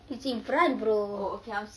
it's in front bro